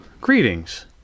greetings